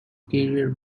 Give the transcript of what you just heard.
career